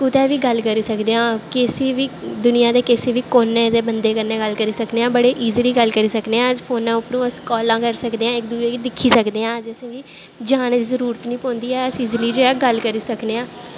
कुतै बी गल्ल करी सकदे आं किसी बी दुनियां दे किसी बी कोन्ने दे बंदे कन्नै गल्ल करी सकने आं बड़े ईजली गल्ल करी सकने आं अस फोनै उप्परों अस कालां करी सकदे आं इक दूए गी दिक्खी सकदे आं जिसी बी जाने दी जरूरत निं पौंदी ऐ अस ईजली जे गल्ल करी सकने आं